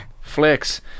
Flex